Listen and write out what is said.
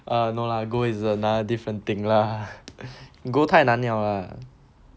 err no lah gold is another different thing lah gold 太难了 ah